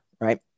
right